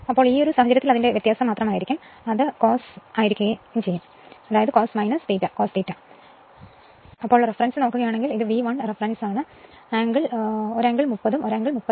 അതിനാൽ ഈ സാഹചര്യത്തിൽ അത് വ്യത്യാസം മാത്രമായിരിക്കും അത് cos theta cos theta ആയിരിക്കും രണ്ടും പിന്നിലാണ് റഫറൻസ് എടുക്കുകയാണെങ്കിൽ ഇത് V 1 റഫറൻസാണ് അതിനാൽ ഒരു ആംഗിൾ 30 ഉം ഈ ആംഗിൾ 36